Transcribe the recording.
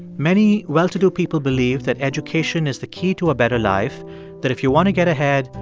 many well-to-do people believe that education is the key to a better life that if you want to get ahead,